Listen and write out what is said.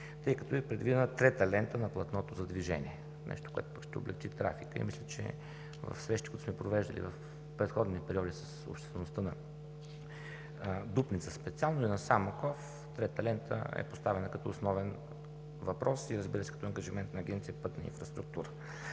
тъй като е предвидена трета лента на платното за движение – Нещо, което ще облекчи трафика. Мисля, че в срещите, които сме провеждали в предходни периоди с обществеността на Дупница специално, и на Самоков, третата лента е поставена като основен въпрос и, разбира се, като ангажимент на Агенция „Пътна инфраструктура“.